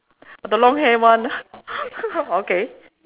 the long hair one okay